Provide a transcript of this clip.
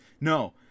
No